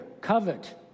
covet